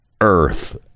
Earth